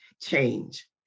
change